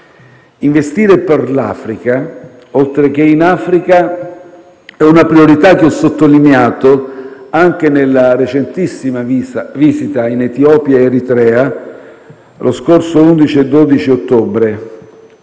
Investire per l'Africa oltre che in Africa è una priorità che ho sottolineato anche nella recentissima visita in Etiopia ed Eritrea, lo scorso 11 e 12 ottobre.